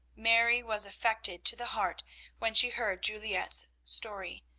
mary was affected to the heart when she heard juliette's story,